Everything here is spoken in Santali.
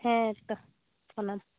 ᱦᱮᱸ ᱛᱳ ᱯᱷᱳᱱᱟᱢ